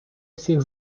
всіх